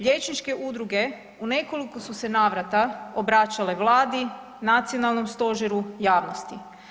Liječničke udruge u nekoliko su se navrata obraćale Vladi, nacionalnom stožeru, javnosti.